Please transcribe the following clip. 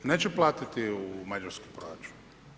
Neće platiti u mađarski proračun.